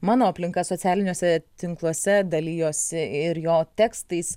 mano aplinka socialiniuose tinkluose dalijosi ir jo tekstais